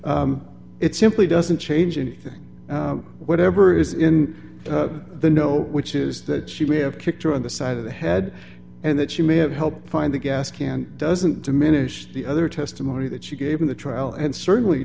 here it simply doesn't change anything whatever is in the know which is that she may have kicked her on the side of the head and that she may have helped find the gas can doesn't diminish the other testimony that she gave in the trial and certainly